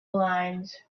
lines